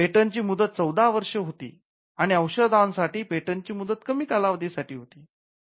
पेटंटची मुदत चौदा वर्षे होती आणि औषधासाठी पेटंटची मुदत कमी कालावधी साठी होती